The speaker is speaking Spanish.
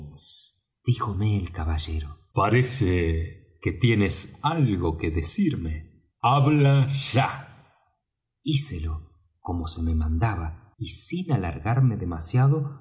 díjome el caballero parece que tienes algo que decirme habla ya hícelo como se me mandaba y sin alargarme demasiado